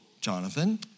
Jonathan